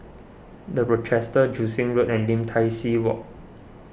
the Rochester Joo Seng Road and Lim Tai See Walk